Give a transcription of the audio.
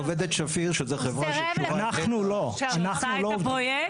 היא עובדת שפיר שזה חברה שקשורה -- שעושה את הפרויקט?